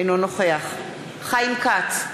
אינו נוכח חיים כץ,